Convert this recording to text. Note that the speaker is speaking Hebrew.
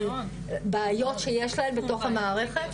בעיות שיש להן בתך המערכת,